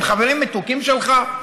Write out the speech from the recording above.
הם חברים מתוקים שלך?